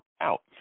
out